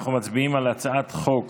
אנחנו מצביעים על הצעת חוק